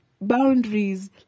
boundaries